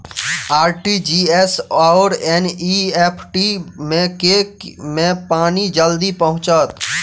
RTGS आओर NEFT मे केँ मे पानि जल्दी पहुँचत